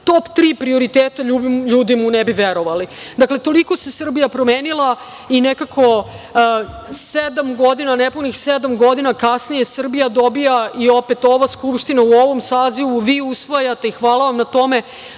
top tri prioriteta, ljudi mu ne bi verovali. Dakle, toliko se Srbija promenila i nekako sedam godina, nepunih sedam godina kasnije Srbija dobija i opet ova Skupština u ovom sazivu vi usvajate i hvala vam na tome,